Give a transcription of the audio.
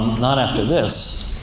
not after this!